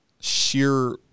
sheer